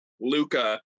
Luca